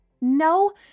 No